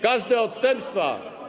Każde odstępstwa.